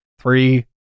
Three